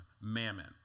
mammon